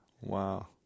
Wow